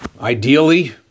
Ideally